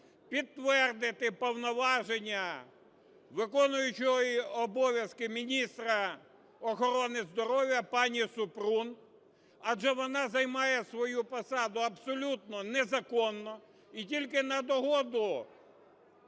підтвердити повноваження виконуючої обов'язків міністра охорони здоров'я пані Супрун, адже вона займає свою посаду абсолютно незаконно, і тільки на догоду